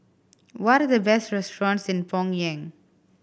what the best restaurants in Pyongyang